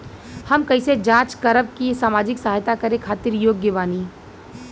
हम कइसे जांच करब की सामाजिक सहायता करे खातिर योग्य बानी?